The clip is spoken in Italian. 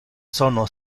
sono